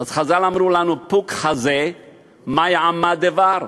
אז חז"ל אמרו לנו: "פוק חזי מאי עמא דבר".